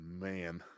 man